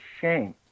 shame